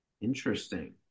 Interesting